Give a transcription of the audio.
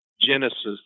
Genesis